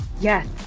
yes